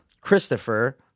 Christopher